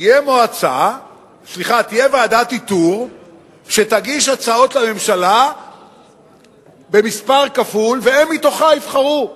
תהיה ועדת איתור שתגיש הצעות לממשלה במספר כפול והם יבחרו מתוכה.